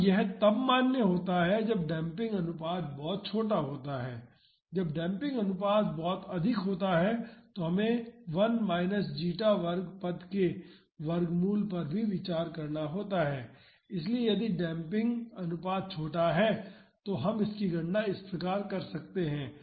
और यह तब मान्य होता है जब डेम्पिंग अनुपात बहुत छोटा होता है जब डेम्पिंग अनुपात बहुत अधिक होता है तो हमें 1 माइनस जीटा वर्ग पद के वर्गमूल पर भी विचार करना होता है लेकिन यदि डेम्पिंग अनुपात छोटा है तो हम इसकी गणना इस प्रकार कर सकते हैं